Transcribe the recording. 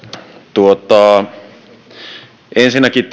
ensinnäkin